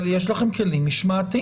אבל יש לכם כלים משמעתיים.